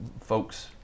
folks